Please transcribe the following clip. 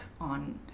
on